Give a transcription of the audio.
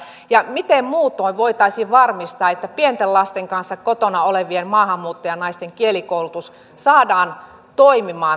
ja miten muutoin voitaisiin varmistaa että pienten lasten kanssa kotona olevien maahanmuuttajanaisten kielikoulutus saadaan toimimaan